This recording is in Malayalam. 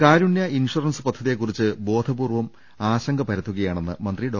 കാരുണ്യ ഇൻഷുറൻസ് പദ്ധതിയെക്കുറിച്ച് ബോധ പൂർവ്വം ആശങ്ക പരത്തുകയാണെന്ന് മന്ത്രി ഡോ